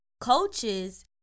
coaches